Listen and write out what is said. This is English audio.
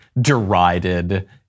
derided